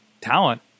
talent